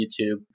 YouTube